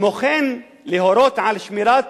וכמו כן להורות על שמירת